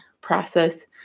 process